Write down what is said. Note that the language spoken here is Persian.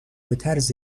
بطرز